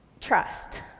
trust